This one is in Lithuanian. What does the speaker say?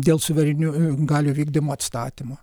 dėl suverenių galių vykdymo atstatymo